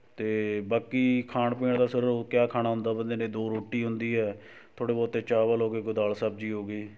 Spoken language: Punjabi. ਅਤੇ ਬਾਕੀ ਖਾਣ ਪੀਣ ਦਾ ਸਰ ਉਹ ਕਿਆ ਖਾਣਾ ਹੁੰਦਾ ਬੰਦੇ ਨੇ ਦੋ ਰੋਟੀ ਹੁੰਦੀ ਹੈ ਥੋੜ੍ਹੇ ਬਹੁਤੇ ਚਾਵਲ ਹੋ ਗਏ ਕੋਈ ਦਾਲ ਸਬਜ਼ੀ ਹੋ ਗਈ